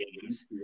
games